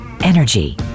energy